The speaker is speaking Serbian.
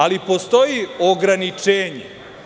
Ali, postoji ograničenje.